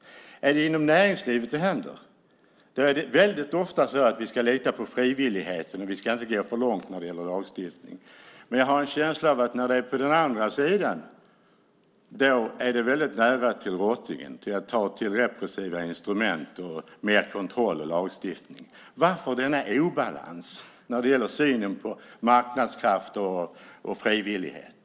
Är det inom näringslivet det händer är det väldigt ofta så att vi ska lita på frivilligheten och inte gå för långt när det gäller lagstiftning. Men jag har en känsla av att när det är på den andra sidan är det väldigt nära till rottingen, att ta till repressiva instrument, mer kontroll och lagstiftning. Varför denna obalans när det gäller synen på marknadskrafter och frivillighet?